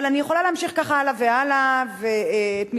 אני יכולה להמשיך כך הלאה והלאה את מצעד